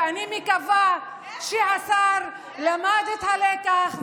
ואני מקווה שהשר למד את הלקח,